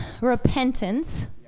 repentance